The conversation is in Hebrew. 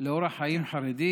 בין אורח חיים חרדי